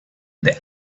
the